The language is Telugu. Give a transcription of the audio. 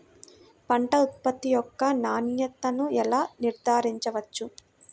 పంట ఉత్పత్తి యొక్క నాణ్యతను ఎలా నిర్ధారించవచ్చు?